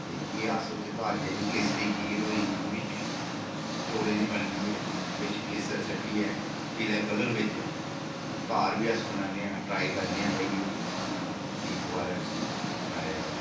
ते एह् अस उत्थै घर जाइयै बी केसरी खीर होई एह्बी चौलें दी बनदी ऐ बिच केसर सु'ट्टियै पीले कलर बिच ते घर बी अस बनान्ने आं ते ट्राई करने आं भई एह् चीज दोबारै इसी बनाया जा